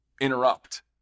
interrupt